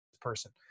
person